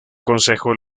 consejo